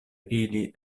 ili